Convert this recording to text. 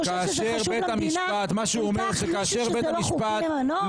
בגלל שהוא חושב שזה חשוב למדינה ייקח מישהו שזה לא חוקי למנות?